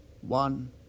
one